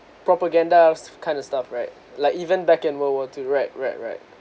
propagandas kind of stuff right like even back in world war two right right right